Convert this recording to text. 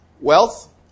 wealth